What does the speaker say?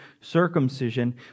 circumcision